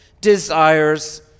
desires